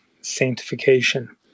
sanctification